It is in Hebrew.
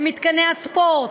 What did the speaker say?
במתקני הספורט.